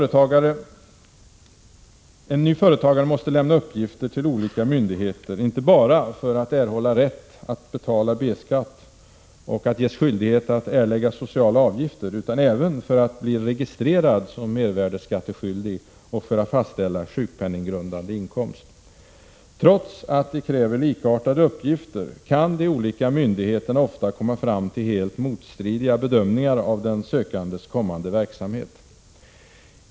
En ny företagare måste lämna uppgifter till olika myndigheter inte bara för att erhålla rätt att betala B-skatt och skyldighet att erlägga sociala avgifter utan även för att bli registrerad som mervärdeskatteskyldig och för att fastställa sjukpenninggrundande inkomst. Trots att de kräver likartade uppgifter kan de olika myndigheterna ofta komma fram till helt motstridiga bedömningar av den sökandes kommande verksamhet.